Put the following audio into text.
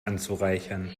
anzureichern